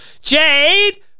Jade